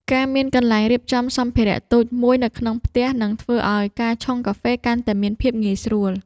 ការមានកន្លែងរៀបចំសម្ភារៈតូចមួយនៅក្នុងផ្ទះ នឹងធ្វើឱ្យការឆុងកាហ្វេកាន់តែមានភាពងាយស្រួល។